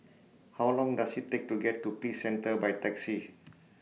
How Long Does IT Take to get to Peace Centre By Taxi